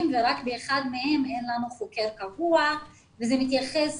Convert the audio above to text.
ורק באחד מהם אין לנו חוקר קבוע וזה מתייחס